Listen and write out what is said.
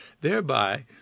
thereby